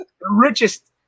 richest